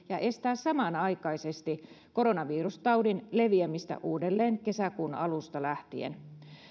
ja estää samanaikaisesti koronavirustaudin leviämistä uudelleen kesäkuun alusta lähtien